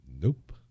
Nope